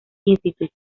institute